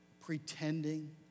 pretending